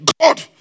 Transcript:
God